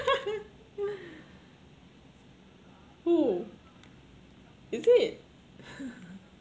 who is it